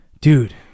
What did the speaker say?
Dude